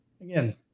Again